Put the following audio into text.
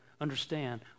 understand